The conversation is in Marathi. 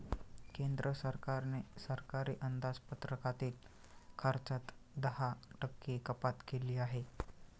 केंद्र सरकारने सरकारी अंदाजपत्रकातील खर्चात दहा टक्के कपात केली आहे